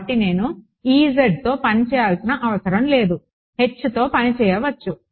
కాబట్టి నేను తో పని చేయాల్సిన అవసరం లేదు Hతో పని చేయవచ్చు